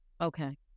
Okay